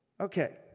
Okay